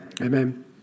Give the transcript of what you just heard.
Amen